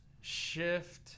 Shift